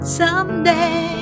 someday